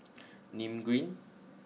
Nim Green